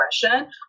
progression